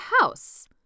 house